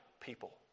people